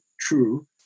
true